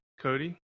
Cody